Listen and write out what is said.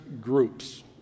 groups